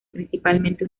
principalmente